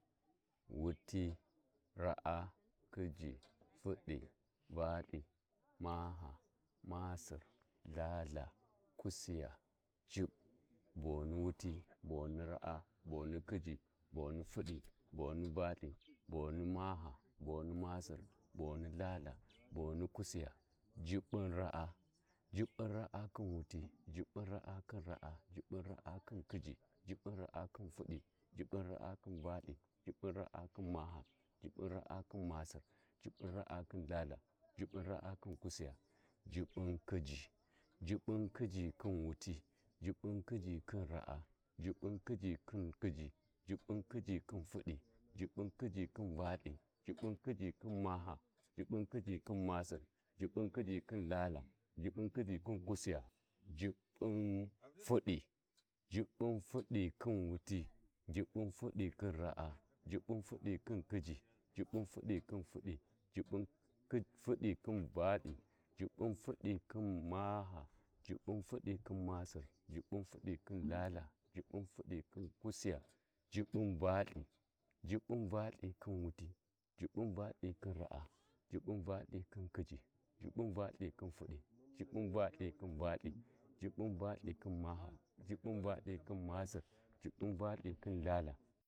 ﻿Wuti, raa, khiji, Fudi, Valthi, maha, masir, Ithaltha, Kusiya, Jiɓɓ, boni wuti, Boni raa, boni khiji, boni fudi, boni valthi, bani maha, boni masir, boni Ithaltha, boni Kusiya, Jiɓɓun raa, Jiɓɓun raa khun wuti, Jiɓɓun raa, khin ra’a, Jiɓɓun raa khin khiji, Jiɓɓun raa khin Fudi, Jiɓb raa khin Valthi, Jiɓɓun ra’a khi maha, Jiɓɓun raa khin masir, Jiɓɓun raa khin lthaltha, Jiɓɓun khijì khi Kusiya, Jiɓɓun Kh’Iji, Jiɓɓun khiji khim wuti, Jiɓɓun khiji khin raa, Jiɓɓun khiji Khiji, Jiɓɓun khiji khin Fudi, Jiɓɓ khiji khi valthi, Jiɓɓun khijì khìn maha, Jiɓɓun Khiji khin masir, Jiɓɓun khiji khi lthaltha, Jiɓɓun khiji Khin Kusiya, Jiɓɓu uuuu fudi, Jiɓɓun fudi Khin Wuti, Jiɓɓun fudi khin raa, Jiɓɓun fudi khin Khiji, Jiɓɓun Fudi khi Fudi, Jiɓɓun Fudi khi Valthi, Jiɓɓun fudi khin maha, Jiɓɓun fudi khin masir, Jiɓɓu fudi khin khi Ithaltha, Jiɓɓun Fudi Khin Kusiya, Jiɓɓum Valthi, Jiɓɓun Valtii Khin wuti, Jiɓɓun Valthi khin raa, Jiɓɓun valthi khin Khiji, Jiɓɓun Valthi Khin valhi, Jiɓɓun Valthi khin, maha Jiɓɓun Valthi khin masir, Jiɓɓun Valthi Khin IthaItha.